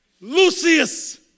Lucius